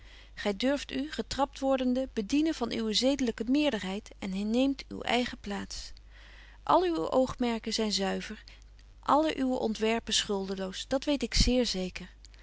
gy durft u getrapt wordende bedienen van uwe zedelyke meerderheid en herneemt uw eigen plaats alle uwe oogmerken zyn zuiver alle uwe ontwerpen schuldeloos dat weet ik zéér zeker